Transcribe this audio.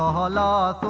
la la